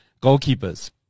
Goalkeepers